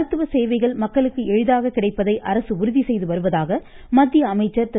மருத்துவ சேவைகள் மக்களுக்கு எளிதாக கிடைப்பதை அரசு உறுதிசெய்து வருவதாக மத்திய அமைச்சர் திரு